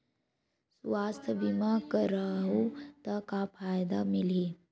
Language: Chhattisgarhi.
सुवास्थ बीमा करवाहू त का फ़ायदा मिलही?